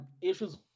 issues